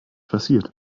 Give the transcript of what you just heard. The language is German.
passiert